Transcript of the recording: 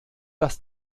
dass